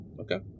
Okay